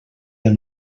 del